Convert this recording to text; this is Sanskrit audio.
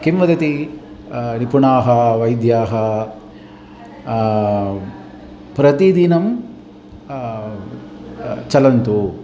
किं वदति निपुणाः वैद्याः प्रतिदिनं चलन्तु